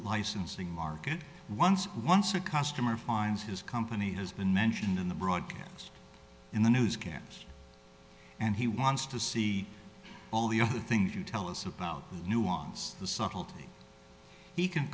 licensing market ones once a customer finds his company has been mentioned in the broadcast and the news can't and he wants to see all the other things you tell us about nuance the subtlety he can